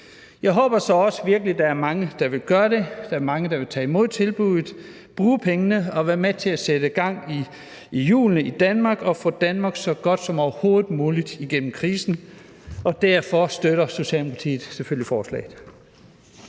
jeg håber så virkelig også, at der er mange, der vil gøre det, at der er mange, der vil tage imod tilbuddet, bruge pengene og være med til at sætte gang i hjulene i Danmark og få Danmark så godt som overhovedet muligt igennem krisen. Derfor støtter Socialdemokratiet selvfølgelig forslaget.